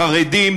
חרדים,